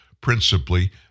principally